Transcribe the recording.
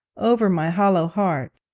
over my hollow heart